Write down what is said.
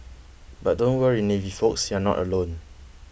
but don't worry navy folks you're not alone